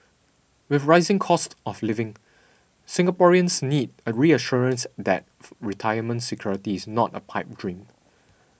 with rising costs of living Singaporeans need a reassurance that retirement security is not a pipe dream